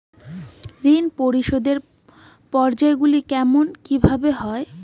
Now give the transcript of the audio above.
ঋণ পরিশোধের পর্যায়গুলি কেমন কিভাবে হয়?